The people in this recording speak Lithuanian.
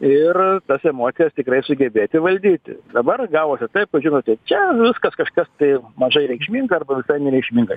ir tas emocijas tikrai sugebėti valdyti dabar gavosi taip kad žinote čia viskas kažkas tai mažai reikšminga arba visai nereikšminga